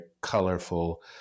colorful